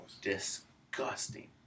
Disgusting